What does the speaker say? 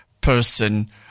person